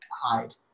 hide